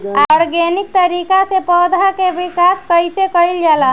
Organic तरीका से पौधा क विकास कइसे कईल जाला?